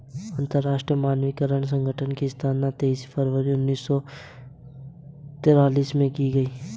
अंतरराष्ट्रीय मानकीकरण संगठन की स्थापना तेईस फरवरी उन्नीस सौ सेंतालीस में की गई